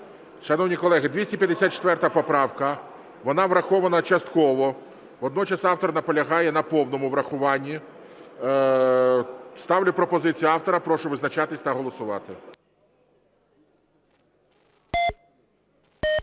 Шановні колеги, 254 поправка. Вона врахована частково. Водночас автор наполягає на повному врахуванні. Ставлю пропозицію автора. Прошу визначатися та голосувати. 11:20:59